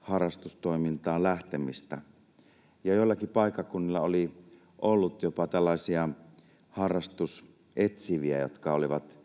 harrastustoimintaan lähtemistä. Joillakin paikkakunnilla oli ollut jopa tällaisia harrastusetsiviä, jotka olivat